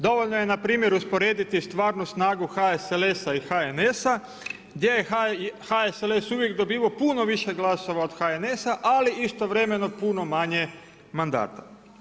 Dovoljno je npr. usporediti stvarnu snagu HSLS-a i HNS-a, gdje je HSLS, uvijek dobivao puno više glasova od HNS-a, ali istovremeno putno manje mandata.